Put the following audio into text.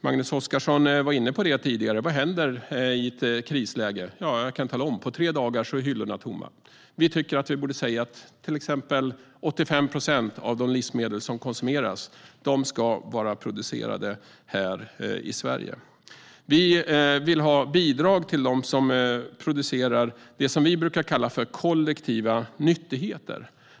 Magnus Oscarsson var tidigare inne på det och undrade vad som händer vid ett krisläge. Jag kan tala om det. Efter tre dagar är hyllorna tomma. Vi tycker att till exempel 85 procent av de livsmedel som konsumeras ska vara producerade i Sverige. Vi vill ha bidrag till dem som producerar det som vi brukar kalla för kollektiva nyttigheter.